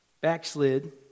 Backslid